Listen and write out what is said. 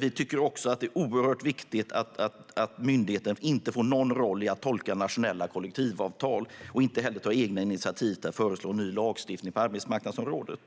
Det är också viktigt att myndigheten inte får någon roll i att tolka nationella kollektivavtal eller ta egna initiativ till ny lagstiftning på arbetsmarknadsområdet.